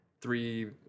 three